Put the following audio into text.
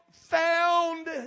found